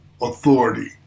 authority